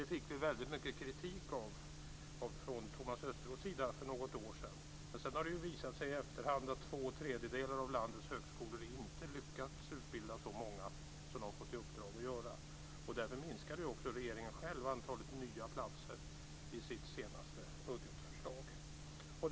Det fick vi väldigt mycket kritik för från Thomas Östros sida för något år sedan. Men i efterhand har det visat sig att två tredjedelar av landets högskolor inte lyckats utbilda så många som de fått i uppdrag att göra. Därför minskade också regeringen själv antalet nya platser i sitt senaste budgetförslag.